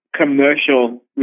commercial